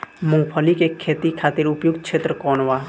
मूँगफली के खेती खातिर उपयुक्त क्षेत्र कौन वा?